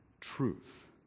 truth